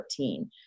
2014